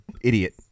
idiot